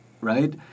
right